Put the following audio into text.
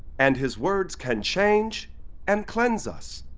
and his words can change and cleanse us.